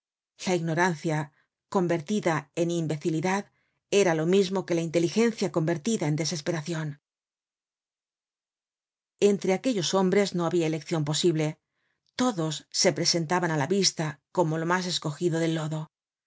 la ignorancia convertida en imbecilidad era lo mismo que la inteligencia convertida en desesperacion entre aquellos hombres no habia eleccion posible todos se presentaban á la vista como lo mas escogido del lodo era